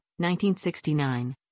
1969